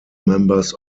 members